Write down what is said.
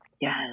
Yes